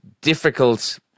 difficult